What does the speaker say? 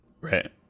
right